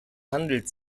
handelt